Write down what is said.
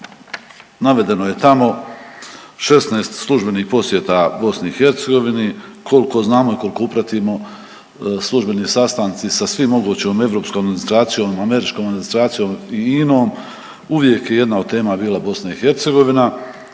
navedeno je tamo 16 službenih posjeta BiH, koliko znamo i koliko upratimo službeni sastanci sa svim mogućom europskom administracijom, američkom administracijom i inom uvijek je jedna od tema bila BiH. Stoji